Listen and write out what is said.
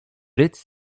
rydz